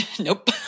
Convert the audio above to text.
Nope